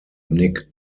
nick